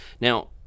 Now